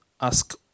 ask